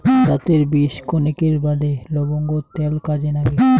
দাতের বিষ কণেকের বাদে লবঙ্গর ত্যাল কাজে নাগে